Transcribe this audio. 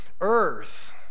earth